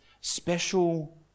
special